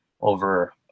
over